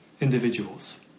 individuals